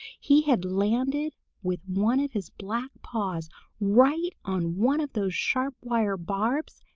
he had landed with one of his black paws right on one of those sharp wire barbs,